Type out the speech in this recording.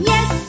Yes